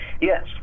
Yes